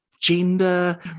gender